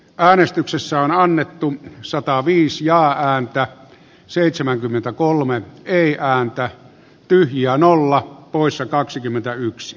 anestyksessä on annettu ksataviisi ja häntä seitsemänkymmentäkolme ei haanpää pyhianolla poissa kaksikymmentäyksi